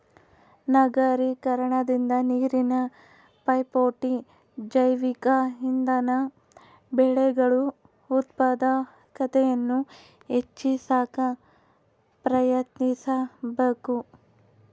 ನಗರೀಕರಣದಿಂದ ನೀರಿನ ಪೈಪೋಟಿ ಜೈವಿಕ ಇಂಧನ ಬೆಳೆಗಳು ಉತ್ಪಾದಕತೆಯನ್ನು ಹೆಚ್ಚಿ ಸಾಕ ಪ್ರಯತ್ನಿಸಬಕು